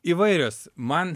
įvairios man